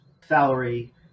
salary